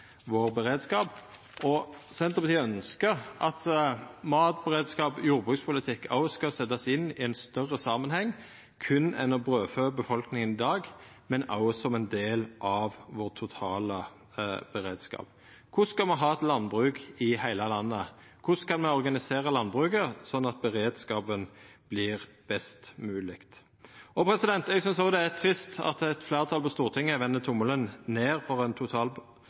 vår beredskap. Senterpartiet ynskjer at matberedskap og jordbrukspolitikk òg skal setjast inn i ein større samanheng, ikkje berre for å brødfø befolkninga i dag, men òg som ein del av vår totale beredskap. Korleis kan me ha eit landbruk i heile landet? Korleis kan me organisera landbruket sånn at beredskapen vert best mogleg? Eg synest òg det er trist at eit fleirtal på Stortinget vender tommelen ned for ein